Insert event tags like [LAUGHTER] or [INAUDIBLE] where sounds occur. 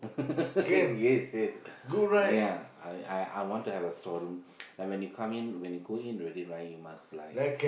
[LAUGHS] yes yes ya I I I want to have a storeroom [NOISE] like when you come in when you go in already right you must like